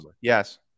yes